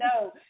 No